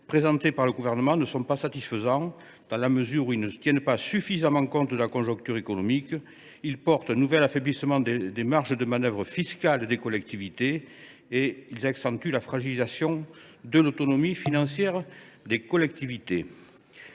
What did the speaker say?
présentés par le Gouvernement ne sont pas satisfaisants : ils ne tiennent pas suffisamment compte de la conjoncture économique, ils portent un nouvel affaiblissement des marges de manœuvre fiscales des collectivités, et enfin ils accentuent la fragilisation de leur autonomie financière. Premièrement, les